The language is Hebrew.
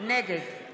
נגד אופיר אקוניס, נגד